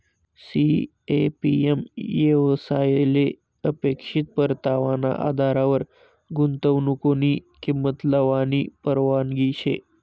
CAPM येवसायले अपेक्षित परतावाना आधारवर गुंतवनुकनी किंमत लावानी परवानगी शे